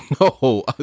No